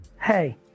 Hey